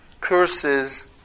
curses